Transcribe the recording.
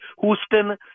Houston